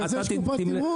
בשביל זה יש קופת תימרוץ.